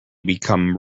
become